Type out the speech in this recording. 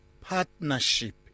partnership